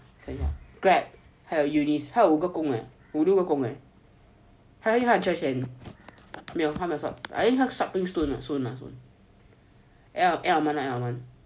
Grab 还有 eunice 还有五个工 leh 五六个工 leh 还有 church